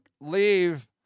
leave